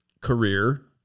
career